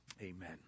amen